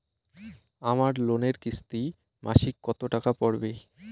আমার লোনের কিস্তি মাসিক কত টাকা পড়বে?